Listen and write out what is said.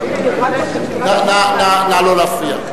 אתם טוענים, נא לא להפריע.